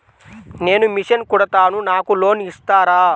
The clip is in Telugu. నేను మిషన్ కుడతాను నాకు లోన్ ఇస్తారా?